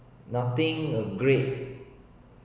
nothing uh great